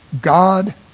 God